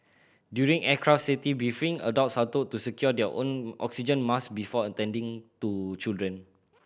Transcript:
during aircraft safety briefing adults are told to secure their own oxygen mask before attending to children